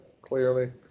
Clearly